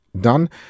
done